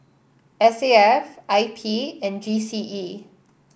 S A F I P and G C E